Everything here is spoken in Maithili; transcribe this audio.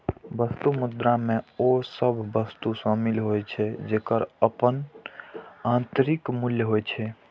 वस्तु मुद्रा मे ओ सभ वस्तु शामिल होइ छै, जेकर अपन आंतरिक मूल्य होइ छै